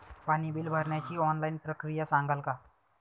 पाणी बिल भरण्याची ऑनलाईन प्रक्रिया सांगाल का?